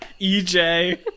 ej